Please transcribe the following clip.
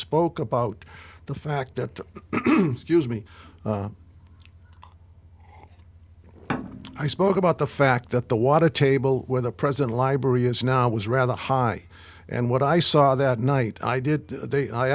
spoke about the fact that gives me i spoke about the fact that the water table where the president library is now was rather high and what i saw that night i did they i